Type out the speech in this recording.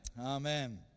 amen